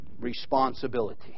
Responsibility